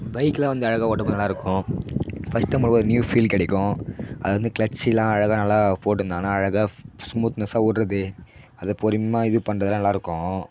பைக்லாம் வந்து அழகாக ஓட்டும்போது நல்லாயிருக்கும் ஃபஸ்ட்டு நமக்கு ஒரு நியூ ஃபீல் கிடைக்கும் அது வந்து க்ளச்சுலாம் அழகாக நல்லா போட்டுருந்தான்னா அழகாக ஃப் ஸ்மூத்னஸ்ஸா ஓட்டுறது அது பொறுமை இது பண்ணுறதுலாம் நல்லாயிருக்கும்